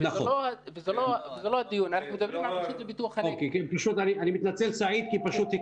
אנחנו לא מסוגלים לעבוד, לא מסוגלים לעבוד כשאין